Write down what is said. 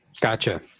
Gotcha